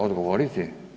Odgovoriti?